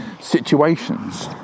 situations